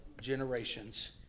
generations